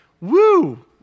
Woo